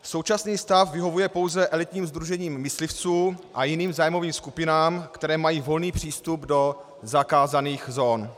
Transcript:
Současný stav vyhovuje pouze elitním sdružením myslivců a jiným zájmovým skupinám, které mají volný přístup do zakázaných zón.